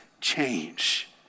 change